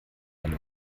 einen